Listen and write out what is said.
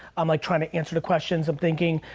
i'm like trying to answer the questions. i'm thinking,